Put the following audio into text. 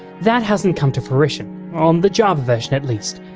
that hasn't come to fruition on the java version at least.